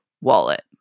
wallet